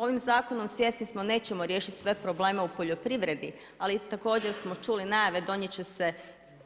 Ovim zakonom svjesni smo, nećemo riješiti sve probleme u poljoprivredi, ali također smo čuli najave, donijeti će se